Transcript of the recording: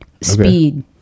speed